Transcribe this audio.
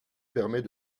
permet